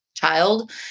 child